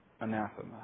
anathema